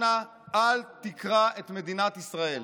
אנא, אל תקרע את מדינת ישראל.